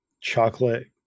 chocolate